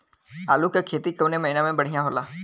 आलू क खेती कवने महीना में बढ़ियां होला?